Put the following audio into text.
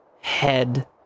head